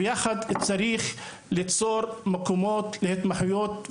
וצריך יחד צריך ליצור מקומות להתמחויות.